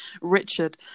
richard